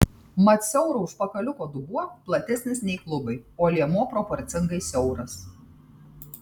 mat siauro užpakaliuko dubuo platesnis nei klubai o liemuo proporcingai siauras